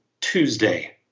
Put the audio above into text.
Tuesday